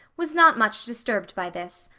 was not much disturbed by this.